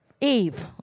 Eve